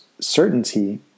certainty